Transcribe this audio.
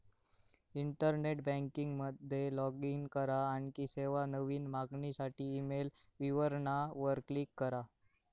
internet banking मध्ये log in करा, आणखी सेवा, नवीन मागणीसाठी ईमेल विवरणा वर क्लिक करा